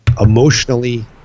emotionally